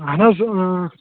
اَہَن حظ اۭں